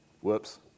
Whoops